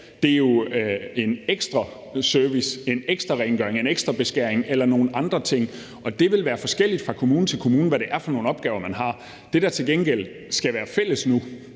Det er jo en ekstraservice, en ekstrarengøring, en ekstrabeskæring eller nogle andre ting, og det vil være forskelligt fra kommune til kommune, hvad det er for nogle opgaver, man har. Det, der til gengæld skal være fælles nu